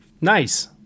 Nice